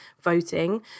voting